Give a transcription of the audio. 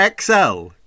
XL